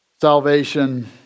salvation